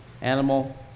Animal